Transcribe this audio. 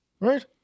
Right